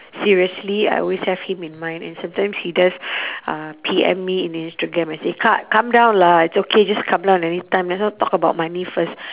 seriously I always have him in mind and sometimes he does uh P_M me in instagram and say kak come down lah it's okay just come down anytime let's not talk about money first